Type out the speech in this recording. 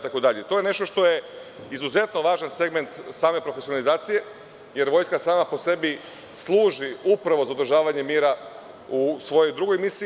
To je nešto što je izuzetno važan segment same profesionalizacije, jer vojska sama po sebi služi upravo za održavanje mira u svojoj drugoj misiji.